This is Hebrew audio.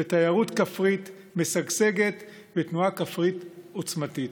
לתיירות כפרית משגשגת ולתנועה כפרית עוצמתית.